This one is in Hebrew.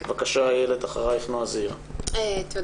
בבקשה, איילת רזין, ואחר כך נועה זעירא מן